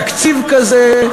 אין תקציב כזה,